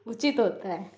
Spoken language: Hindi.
उचित होता है